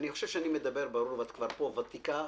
חושב שאני מדבר באופן ברור, ואת כבר ותיקה פה